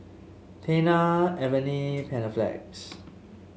Tena Avene Panaflex